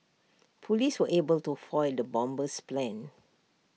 Police were able to foil the bomber's plans